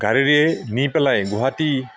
গাড়ীৰে নি পেলাই গুৱাহাটী